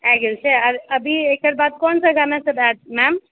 आबि गेल छै आर अभी एकरबाद कोनसभ गानासभ आयत मैम